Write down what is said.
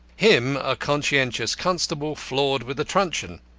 him a conscientious constable floored with a truncheon.